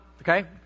okay